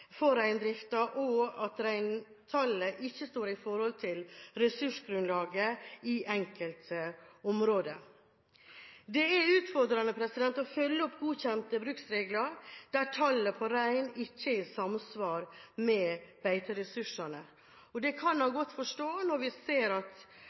og reintallene står ikke i forhold til ressursgrunnlaget i enkelte områder. Det er utfordrende å følge opp godkjente bruksregler der tallet på rein ikke er i samsvar med beiteressursene. Det kan en